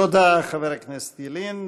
תודה, חבר הכנסת ילין.